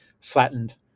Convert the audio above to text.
flattened